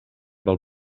del